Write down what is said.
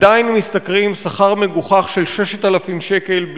ועדיין משתכרים שכר מגוחך של 6,000 שקלים,